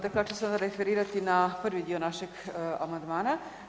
Dakle, ja ću se onda referirati na prvi dio našeg amandmana.